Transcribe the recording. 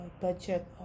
budget